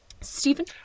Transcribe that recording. Stephen